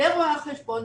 לרואי החשבון,